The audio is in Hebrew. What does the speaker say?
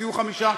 תוציאו חמישה,